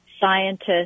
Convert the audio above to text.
scientists